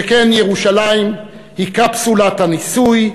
שכן ירושלים היא קפסולת הניסוי,